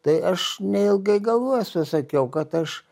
tai aš neilgai galvojęs pasakiau kad aš